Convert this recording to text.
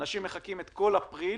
אנשים מחכים את כל אפריל